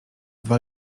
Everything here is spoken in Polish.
dwa